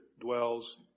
dwells